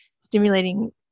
stimulating